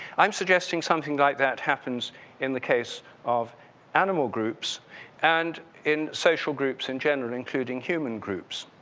i'm suggesting something like that happens in the case of animal groups and in social groups in general including human groups.